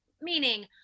meaning